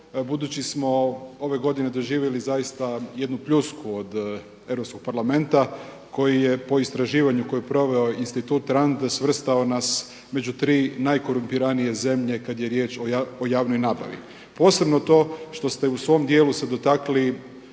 budući smo ove godine doživjeli zaista jednu pljusku od Europskog parlamenta koji je po istraživanju koje je proveo Institut RAND svrstao nas među tri najkorumpiranije zemlje kada je riječ o javnoj nabavi. Posebno to što ste u svom dijelu se dotakli